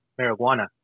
marijuana